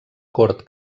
cort